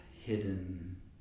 hidden